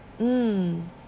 mm